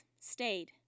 stayed